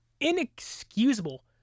Inexcusable